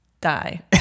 die